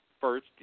first